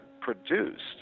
produced